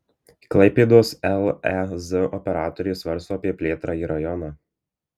klaipėdos lez operatorė svarsto apie plėtrą į rajoną